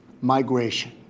migration